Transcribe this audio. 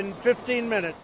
in fifteen minutes